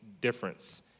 difference